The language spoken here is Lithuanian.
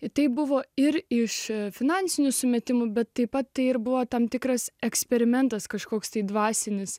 ir tai buvo ir į šią finansinių sumetimų bet taip pat tai ir buvo tam tikras eksperimentas kažkoks dvasinis